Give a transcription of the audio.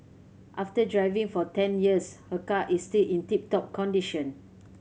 after driving for ten years her car is still in tip top condition